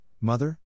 mother